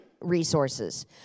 resources